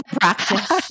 practice